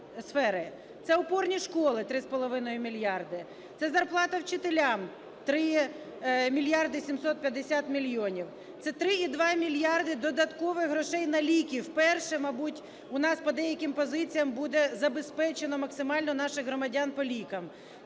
Це опорні школи – 3 з половиною мільярди, це зарплата вчителям – 3 мільярди 750 мільйонів, це 3,2 мільярди додаткових грошей на ліки. Вперше, мабуть, у нас по деяким позиціям буде забезпечено максимально наших громадян по лікам.